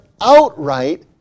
outright